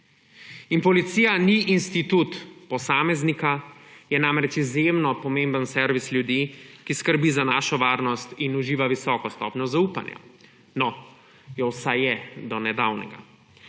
In policija ni institut posameznika; je namreč izjemno pomemben servis ljudi, ki skrbi za našo varnost in uživa visoko stopnjo zaupanja. No, jo je vsaj do nedavnega.